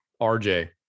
RJ